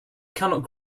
cannot